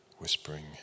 whispering